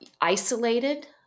isolated